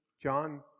John